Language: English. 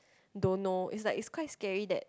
don't know is like is quite scary that